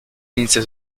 inizia